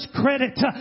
credit